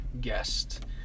guest